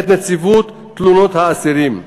את נציבות תלונות האסירים.